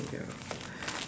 !aiya!